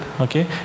okay